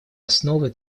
основой